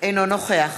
אינו נוכח